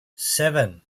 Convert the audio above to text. seven